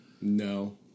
No